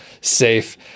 safe